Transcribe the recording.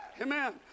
Amen